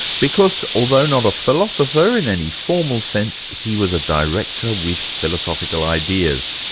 because, although not a philosopher in any formal sense, he was a director with philosophical ideas.